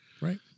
Right